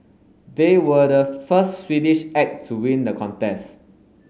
they were the first Swedish act to win the contest